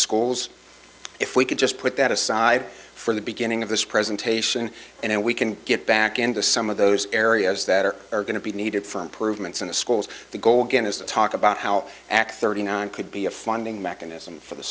schools if we could just put that aside for the beginning of this presentation and we can get back into some of those areas that are are going to be needed for improvements in the schools the goal again is to talk about how x thirty nine could be a funding mechanism for the